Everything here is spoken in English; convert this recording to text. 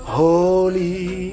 holy